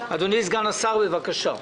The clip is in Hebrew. אדוני סגן השר, בבקשה.